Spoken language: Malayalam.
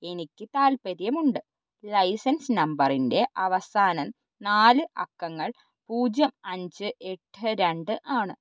എനിക്ക് താൽപ്പര്യമുണ്ട് ലൈസൻസ് നമ്പറിൻ്റെ അവസാന നാല് അക്കങ്ങൾ പൂജ്യം അഞ്ച് എട്ട് രണ്ട് ആണ്